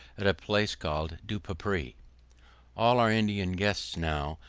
at a place called dupeupy. all our indian guests now,